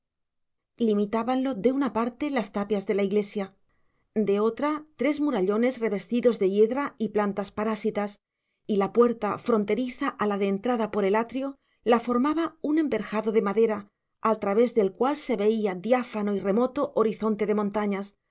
camposantos limitábanlo de una parte las tapias de la iglesia de otra tres murallones revestidos de hiedra y plantas parásitas y la puerta fronteriza a la de entrada por el atrio la formaba un enverjado de madera al través del cual se veía diáfano y remoto horizonte de montañas